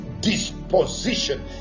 disposition